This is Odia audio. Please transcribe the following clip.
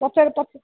ପଚାର ପଚାର